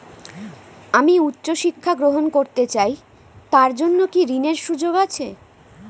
আমি উচ্চ শিক্ষা গ্রহণ করতে চাই তার জন্য কি ঋনের সুযোগ আছে?